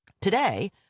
today